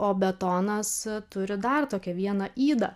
o betonas turi dar tokią vieną ydą